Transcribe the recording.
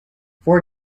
for